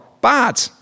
bad